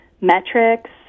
metrics